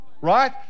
right